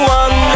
one